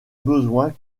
besoin